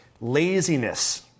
Laziness